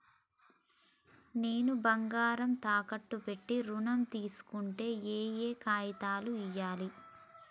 నేను బంగారం తాకట్టు పెట్టి ఋణం తీస్కోవాలంటే ఏయే కాగితాలు ఇయ్యాలి?